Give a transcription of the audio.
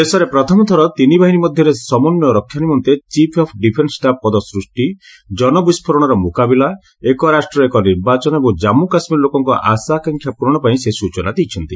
ଦେଶରେ ପ୍ରଥମଥର ତିନିବାହିନୀ ମଧ୍ୟରେ ସମନ୍ୱୟ ରକ୍ଷା ନିମନ୍ତେ ଚିଫ ଅଫ ଡିଫେନ୍ସ ପଦ ସୃଷ୍ଟି ଜନବିଷ୍କୋରଣର ମୁକାବିଲା ଏକ ରାଷ୍ଟ୍ର ଏକ ନିର୍ବାଚନ ଏବଂ ଜାନ୍ମୁ କାଶ୍ମୀର ଲୋକଙ୍କ ଆଶାଆକାଂକ୍ଷା ପୂର୍ବଣ ପାଇଁ ସେ ସୂଚନା ଦେଇଛନ୍ତି